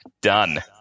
Done